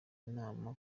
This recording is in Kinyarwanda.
inama